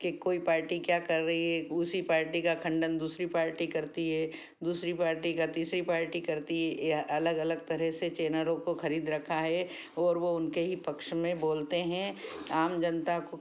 की कोई पार्टी क्या कर रही है उसी पार्टी का खंडन दूसरी पार्टी करती है दूसरी पार्टी का तीसरी पार्टी करती है या अलग अलग तरह से चैनलों को खरीद रखा है और वे उनके ही पक्ष में बोलते हैं आम जनता को